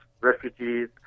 refugees